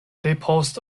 depost